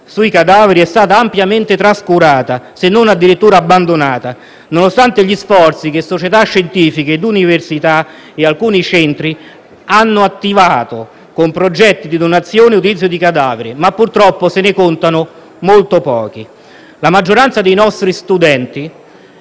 sui cadaveri è stata ampiamente trascurata, se non addirittura abbandonata, nonostante gli sforzi che società scientifiche, università e alcuni centri hanno attivato, con progetti di donazione e utilizzo di cadaveri. Purtroppo, però, se ne contano molto pochi. La maggioranza dei nostri studenti